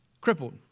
crippled